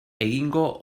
egingo